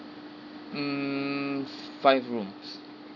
mm five rooms